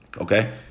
Okay